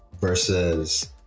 versus